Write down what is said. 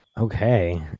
okay